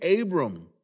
Abram